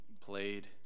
played